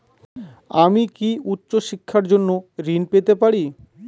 আমি কি উচ্চ শিক্ষার জন্য ঋণ পেতে পারি?